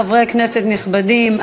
חברי כנסת נכבדים,